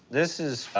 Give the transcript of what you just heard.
this is,